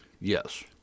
yes